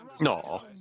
No